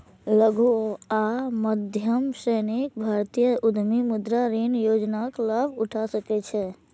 लघु आ मध्यम श्रेणीक भारतीय उद्यमी मुद्रा ऋण योजनाक लाभ उठा सकै छै